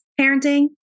parenting